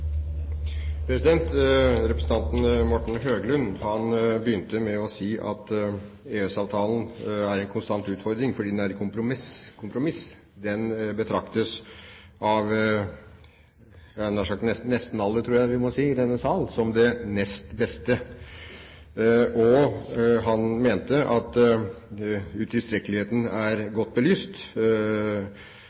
en konstant utfordring fordi den er et kompromiss. Den betraktes av nesten alle, tror jeg vi må si, i denne sal som det nest beste. Og han mente at utilstrekkeligheten er godt belyst.